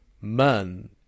man